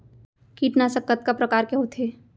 कीटनाशक कतका प्रकार के होथे?